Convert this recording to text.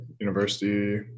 university